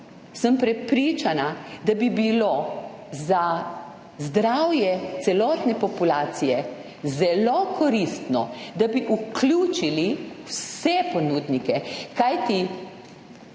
sem prepričana, da bi bilo za zdravje populacije zelo koristno, da bi vključili vse ponudnike. Kajti